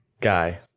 guy